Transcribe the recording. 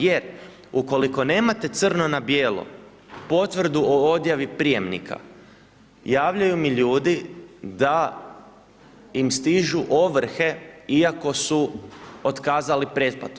Je, ukoliko nemate crno na bijelo, potvrdu o odjavi prijamnika, javljaju mi ljudi da im stižu ovrhe iako su otkazali pretplatu.